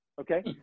okay